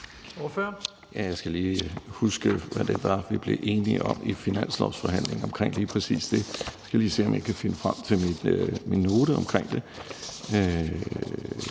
Jeg skal lige huske, hvad det var, vi blev enige om, i finanslovsforhandlingerne omkring lige præcis det – jeg skal lige se, om jeg kan finde frem til min note omkring det;